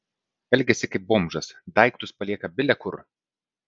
elgiasi kaip bomžas daiktus palieka bile kur